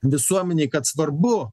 visuomenei kad svarbu